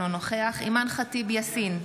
אינו נוכח אימאן ח'טיב יאסין,